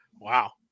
Wow